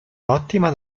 ottima